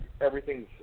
everything's